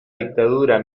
dictadura